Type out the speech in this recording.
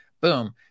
boom